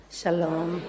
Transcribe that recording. shalom